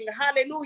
Hallelujah